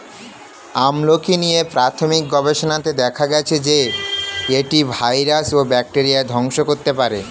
আমলকী নিয়ে প্রাথমিক গবেষণাতে দেখা গেছে যে, এটি ভাইরাস ও ব্যাকটেরিয়া ধ্বংস করতে পারে